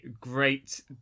great